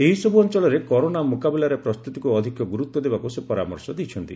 ଏହିସବୁ ଅଞ୍ଚଳରେ କରୋନା ମୁକାବିଲାର ପ୍ରସ୍ତୁତିକୁ ଅଧିକ ଗୁରୁତ୍ୱ ଦେବାକୁ ସେ ପରାମର୍ଶ ଦେଇଛନ୍ତି